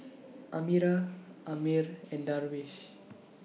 Amirah Ammir and Darwish